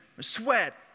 Sweat